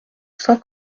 saint